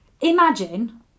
imagine